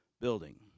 building